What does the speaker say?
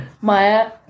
Maya